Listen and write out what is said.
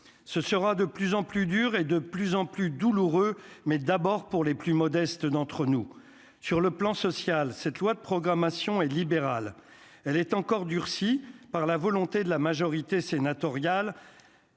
ce sera de plus en plus dur et de plus en plus douloureux mais d'abord pour les plus modestes d'entre nous sur le plan social, cette loi de programmation et libérale, elle est encore durci par la volonté de la majorité sénatoriale.